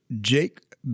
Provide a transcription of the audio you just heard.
Jake